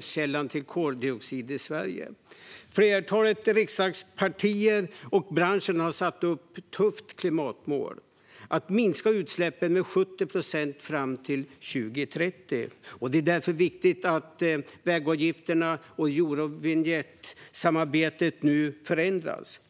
källan till koldioxidutsläpp i Sverige. Flertalet riksdagspartier och branschen har satt upp ett tufft klimatmål, nämligen att minska utsläppen med 70 procent till år 2030. Det är därför viktigt att vägavgifterna inom Eurovinjettsamarbetet nu förändras.